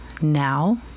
now